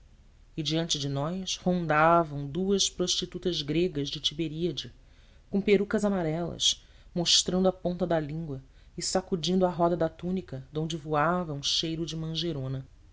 nós rondavam duas prostitutas gregas de tiberíade com perucas amarelas mostrando a ponta da língua e sacudindo a roda da túnica de onde voava um cheiro de mangerona